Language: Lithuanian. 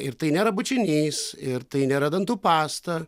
ir tai nėra bučinys ir tai nėra dantų pasta